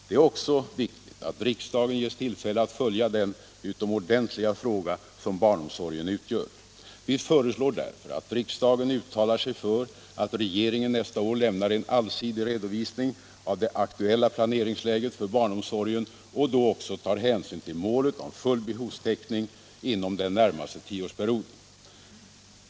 Det är också viktigt att riksdagen ges tillfälle att följa den utomordentligt viktiga fråga som barnomsorgen utgör. Vi föreslår därför att riksdagen uttalar sig för att regeringen nästa år lämnar en allsidig redovisning av det aktuella planeringsläget för barnomsorgen och då också tar hänsyn till målet om full behovstäckning inom den närmaste tioårsperioden.